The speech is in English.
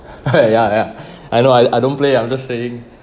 ya ya I know I I don't play I'm just saying